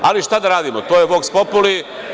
Ali, šta da radimo, to je vox populi.